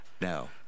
now